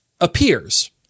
appears